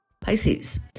Pisces